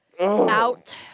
...out